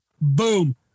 Boom